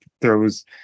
throws